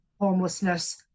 homelessness